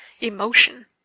emotion